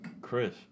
Chris